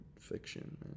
fiction